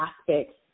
aspects